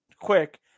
Quick